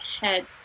head